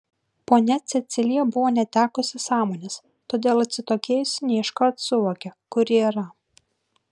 ponia cecilija buvo netekusi sąmonės todėl atsitokėjusi ne iškart suvokė kur ji yra